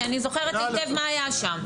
כי אני זוכרת היטב מה שהיה שם.